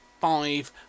five